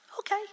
Okay